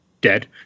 dead